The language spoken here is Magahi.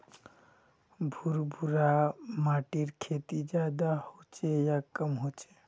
भुर भुरा माटिर खेती ज्यादा होचे या कम होचए?